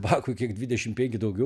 bakui kiek dvidešim penki daugiau